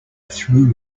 through